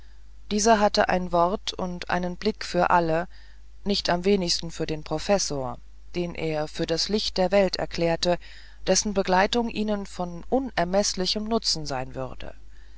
dieser hatte ein wort und einen blick für alle nicht am wenigsten für den professor den er für das licht der welt erklärte dessen begleitung ihnen von unermeßlichem nutzen sein würde